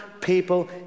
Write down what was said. people